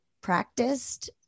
practiced